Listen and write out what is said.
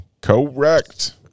Correct